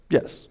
Yes